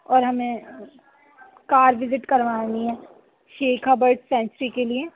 اور ہمیں car visit کروانی ہےشیخا برڈ سنچری کے لیے